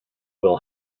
will